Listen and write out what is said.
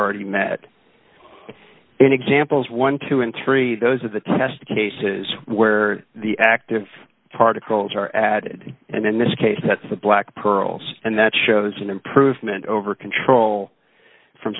are already met in examples twelve and three those are the test cases where the active particles are added and in this case that's the black pearls and that shows an improvement over control from